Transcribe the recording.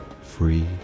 free